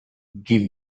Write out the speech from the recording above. give